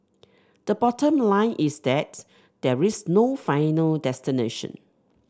the bottom line is that there is no final destination